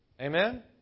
Amen